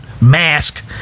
mask